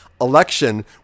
Election